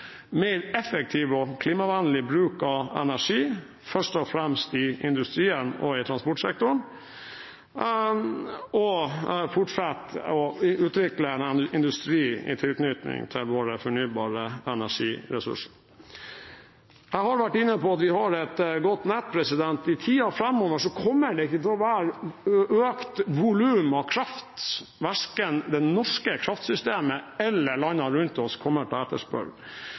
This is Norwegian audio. mer effektiv og klimavennlig bruk av energi, først og fremst i industrien og i transportsektoren å fortsette å utvikle en industri i tilknytning til våre fornybare energiressurser Jeg har vært inne på at vi har et godt nett. I tiden framover kommer det ikke til å være økt volum av kraft verken det norske kraftsystemet eller landene rundt oss kommer til